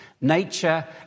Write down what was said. Nature